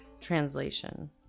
translation